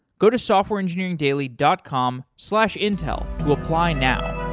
go to softwareengineeringdaily dot com slash intel to apply now.